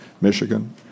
Michigan